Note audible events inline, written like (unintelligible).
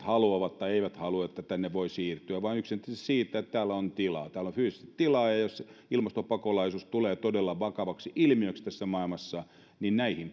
haluavat tai eivät halua että tänne voi siirtyä että täällä on tilaa täällä on fyysisesti tilaa ja jos ilmastopakolaisuus tulee todella vakavaksi ilmiöksi tässä maailmassa niin näihin (unintelligible)